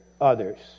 others